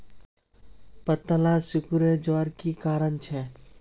पत्ताला सिकुरे जवार की कारण छे?